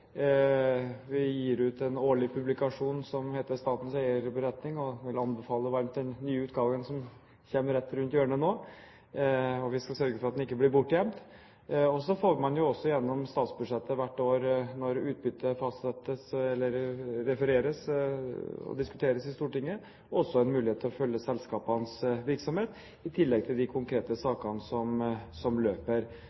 Vi gir ut en årlig publikasjon som heter Statens eierberetning, og jeg vil anbefale varmt den nye utgaven, som kommer rett rundt hjørnet nå, og vi skal sørge for at den ikke blir bortgjemt. Så får man gjennom statsbudsjettet hvert år når utbyttet skal refereres og diskuteres i Stortinget, også en mulighet til å følge selskapenes virksomhet, i tillegg til de konkrete